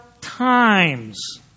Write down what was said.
times